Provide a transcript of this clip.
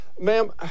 Ma'am